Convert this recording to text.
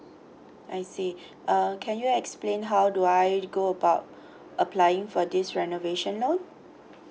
I see uh can you explain how do I go about applying for this renovation loan